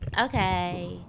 Okay